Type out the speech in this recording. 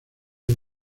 del